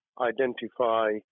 Identify